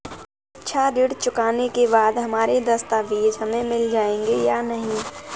शिक्षा ऋण चुकाने के बाद हमारे दस्तावेज हमें मिल जाएंगे या नहीं?